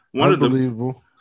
Unbelievable